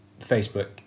Facebook